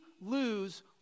lose